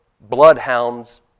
bloodhounds